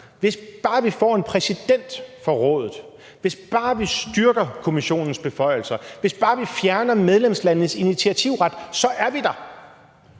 hvis bare vi får en præsident for Rådet, hvis bare vi styrker Kommissionens beføjelser, hvis bare vi fjerner medlemslandenes initiativret, så er vi der.